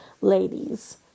Ladies